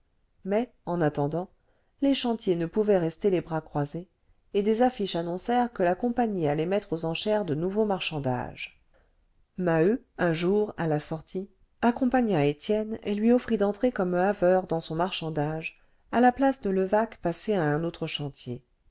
mais en attendant les chantiers ne pouvaient rester les bras croisés et des affiches annoncèrent que la compagnie allait mettre aux enchères de nouveaux marchandages maheu un jour à la sortie accompagna étienne et lui offrit d'entrer comme haveur dans son marchandage à la place de levaque passé à un autre chantier